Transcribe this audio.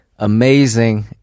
amazing